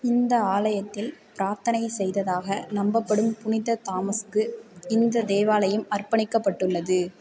இந்த ஆலயத்தில் பிராத்தனை செய்ததாக நம்பப்படும் புனித தாமஸ்க்கு இந்த தேவாலயம் அர்ப்பணிக்கப்பட்டுள்ளது